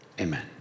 amen